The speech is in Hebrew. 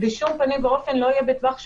בשום פנים ואופן הוא לא יהיה בטווח שמיעה,